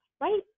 Right